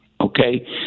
Okay